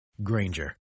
Granger